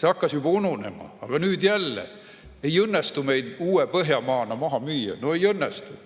See hakkas juba ununema, aga nüüd jälle. Ei õnnestu meid uue Põhjamaana maha müüa. Ei õnnestu!